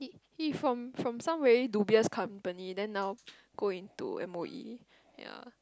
he from from some really dubious company then now go into M_O_E